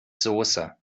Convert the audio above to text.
soße